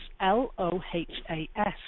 L-O-H-A-S